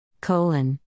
colon